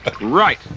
Right